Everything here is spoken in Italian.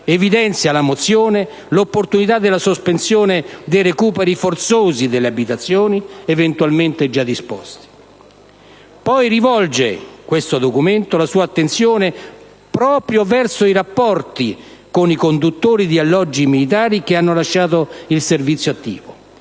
evidenzia l'opportunità della sospensione dei recuperi forzosi delle abitazioni eventualmente già disposti. Rivolge poi la sua attenzione proprio verso i rapporti con i conduttori di alloggi militari che hanno lasciato il servizio attivo